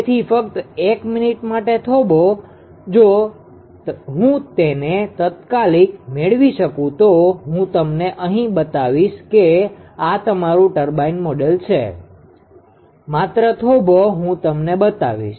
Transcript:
તેથી ફક્ત 1 મિનિટ માટે થોભો જો હું તેને તાત્કાલિક મેળવી શકું તો હું તમને અહીં બતાવીશ કે આ તમારું ટર્બાઇન મોડેલ છે માત્ર થોભો હું તમને બતાવીશ